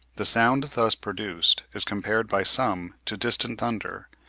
the sound thus produced is compared by some to distant thunder,